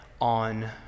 on